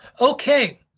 Okay